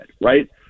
right